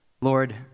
Lord